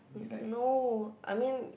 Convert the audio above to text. no I mean